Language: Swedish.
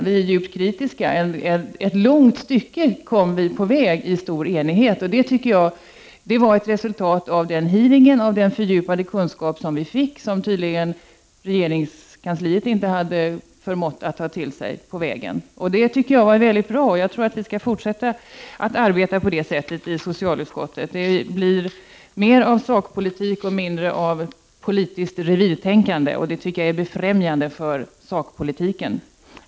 Vi är djupt kritiska, och vi kom ett långt stycke på väg i stor enighet. Det var ett resultat av hearingen och den fördjupade kunskap som vi fick genom den och som tydligen regeringskansliet inte hade förmått fånga upp under ärendets gång. Jag tycker att vi skall fortsätta att arbeta på det sättet i socialutskottet. Det blir då mer av sakpolitik och mindre av politiskt revirtänkande, och det tycker jag är befrämjande för sakpolitiken.